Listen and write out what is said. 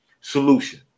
solution